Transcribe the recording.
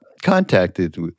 Contacted